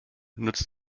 nutzt